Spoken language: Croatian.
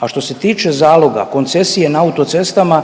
A što se tiče zaloga koncesije na autocestama